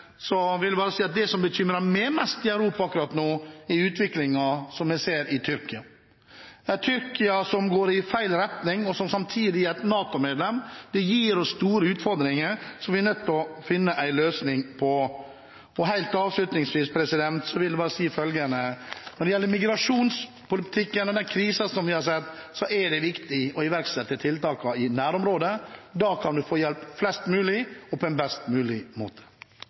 Så vil jeg bare si at det som bekymrer meg mest i Europa akkurat nå, er utviklingen vi ser i Tyrkia. Det er et Tyrkia som går i feil retning, og som samtidig er NATO-medlem. Det gir oss store utfordringer som vi er nødt til å finne en løsning på. Helt avslutningsvis vil jeg bare si følgende: Når det gjelder migrasjonspolitikken og den krisen som vi har sett, er det viktig å iverksette tiltakene i nærområdet. Da kan man få hjulpet flest mulig på en best mulig måte.